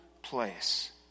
place